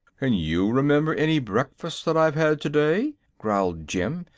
can you remember any breakfast that i've had today? growled jim,